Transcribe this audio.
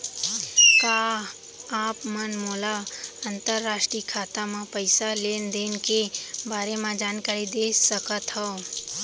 का आप मन मोला अंतरराष्ट्रीय खाता म पइसा लेन देन के बारे म जानकारी दे सकथव?